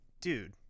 dude